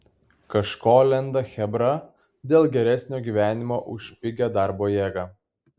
kažko lenda chebra dėl geresnio gyvenimo už pigią darbo jėgą